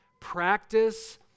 practice